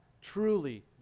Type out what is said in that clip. truly